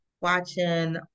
watching